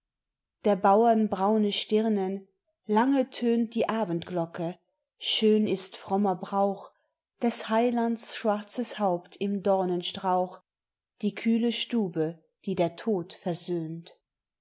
der bauern braune stirnen lange tönt die abendglocke schön ist frommer brauch des heilands schwarzes haupt im dornenstrauch die kühle stube die der tod versöhnt